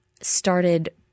started